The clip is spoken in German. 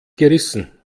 gerissen